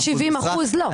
ו-70% לא.